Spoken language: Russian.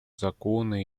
закона